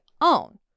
own